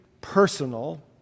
personal